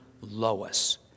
Lois